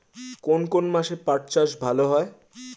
কোন কোন মাসে পাট চাষ ভালো হয়?